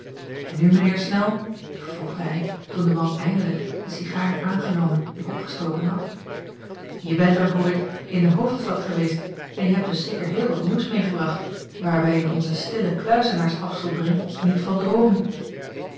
en nu mijn heer snel vervolgde hij toen de man eindelijk den cigaar aangenomen en opgestoken had je bent hoor ik in de hoofdstad geweest en je hebt dus zeker heel wat nieuws meêgebracht waar wij in onze stille kluizenaarsafzondering niet van droomen